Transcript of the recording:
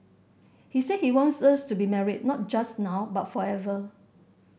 he said he wants us to be married not just now but forever